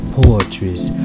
poetry's